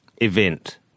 Event